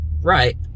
Right